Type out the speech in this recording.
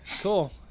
cool